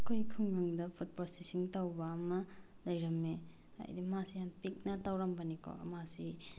ꯑꯩꯈꯣꯏꯒꯤ ꯈꯨꯡꯒꯪꯗ food processing ꯇꯧꯕ ꯑꯃ ꯂꯩꯔꯝꯃꯦ ꯍꯥꯏꯗꯤ ꯃꯥꯁꯦ ꯌꯥꯝ ꯄꯤꯛꯅ ꯇꯧꯔꯝꯕꯅꯤꯀꯣ ꯃꯥꯁꯤ